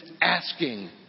asking